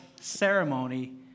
ceremony